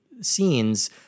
scenes